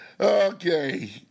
Okay